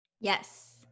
yes